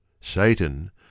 Satan